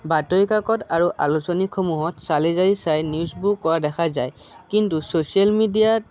বাতৰি কাকত আৰু আলোচনীসমূহত চালি জাৰি চাই নিউজবোৰ কোৱা দেখা যায় কিন্তু চচিয়েল মিডিয়াত